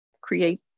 create